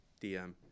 DM